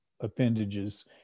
appendages